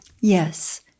Yes